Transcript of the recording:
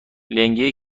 لنگه